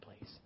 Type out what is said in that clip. please